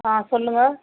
ஆ சொல்லுங்கள்